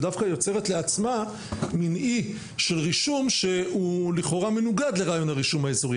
ודווקא יוצרת לעצמה מן אי של רישום שלכאורה מנוגד לרעיון הרישום אזורי.